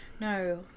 No